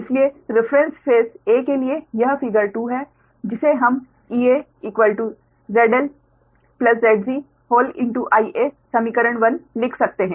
इसलिए reference face a के लिए यह फिगर 2 है जिसे हम EaZg ZLIa समीकरण 1 लिख सकते हैं